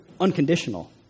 unconditional